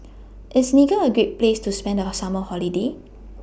IS Niger A Great Place to spend The Summer Holiday